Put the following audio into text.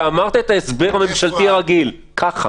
אתה אמרת את ההסבר הממשלתי הרגיל ככה.